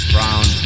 Brown